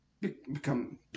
become